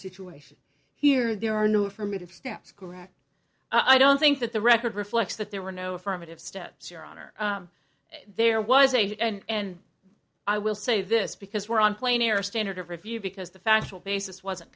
situation here there are no affirmative steps correct i don't think that the record reflects that there were no affirmative steps your honor there was a and i will say this because we're on plane air standard of review because the factual basis wasn't